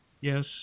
yes